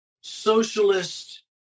socialist